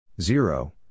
zero